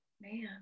man